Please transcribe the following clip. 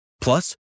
Plus